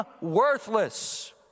worthless